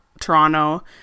Toronto